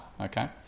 okay